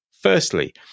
Firstly